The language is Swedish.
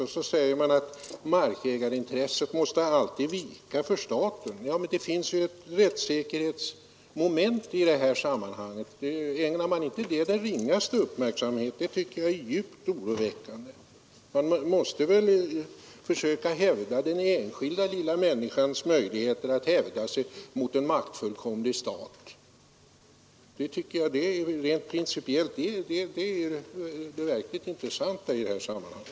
Och så säger man att markägarintresset alltid måste vika för samhällsintresset. Ja, men det finns ett rättssäkerhetsmoment i det här sammanhanget! Ägnar man inte det den ringaste uppmärksamhet? Det tycker jag är djupt oroväckande. Man måste väl försöka tillgodose den enskilda lilla människans möjligheter att själv hävda sig mot en maktfullkomlig stat. Detta tycker jag är det verkligt intressanta i det här sammanhanget.